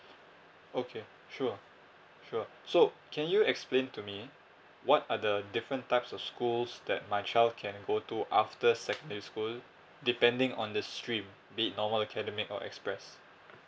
okay sure sure so can you explain to me what are the different types of schools that my child can go to after secondary school depending on the stream be it normal academic or express